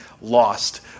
lost